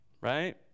right